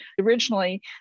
originally